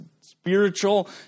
spiritual